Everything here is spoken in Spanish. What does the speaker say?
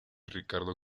ricardo